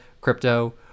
crypto